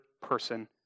person